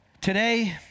Today